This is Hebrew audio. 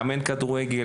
מאמן כדורגל,